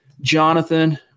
Jonathan